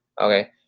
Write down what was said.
okay